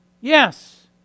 Yes